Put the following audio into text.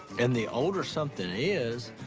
and the older something is,